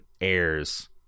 airs